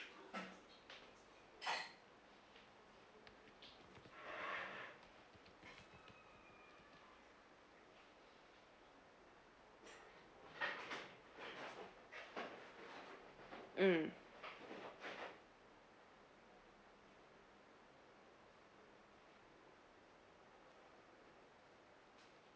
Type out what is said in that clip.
mm